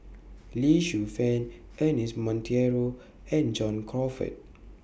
Lee Shu Fen Ernest Monteiro and John Crawfurd